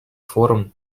форум